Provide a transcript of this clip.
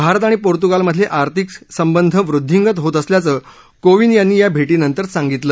भारत आणि पोर्त्गालमधले आर्थिक संबंध वृद्धींगत होत असल्याचं कोविंद यांनी या भेटीनंतर सांगितलं